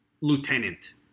lieutenant